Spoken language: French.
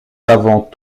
avant